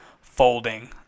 folding